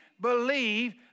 believe